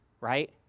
right